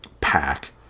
pack